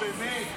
אורבך.